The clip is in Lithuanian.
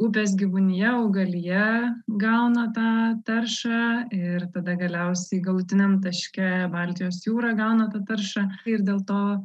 upės gyvūnija augalija gauna tą taršą ir tada galiausiai galutiniam taške baltijos jūra gauna tą taršą ir dėl to